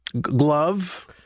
glove